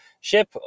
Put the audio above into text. ship